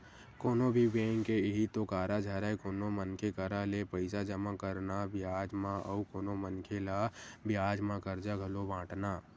कोनो भी बेंक के इहीं तो कारज हरय कोनो मनखे करा ले पइसा जमा करना बियाज म अउ कोनो मनखे ल बियाज म करजा घलो बाटना